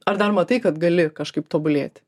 ar dar matai kad gali kažkaip tobulėti